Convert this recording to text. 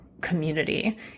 community